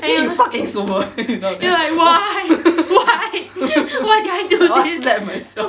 then we fucking sober down there I want slap myself